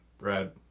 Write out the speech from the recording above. red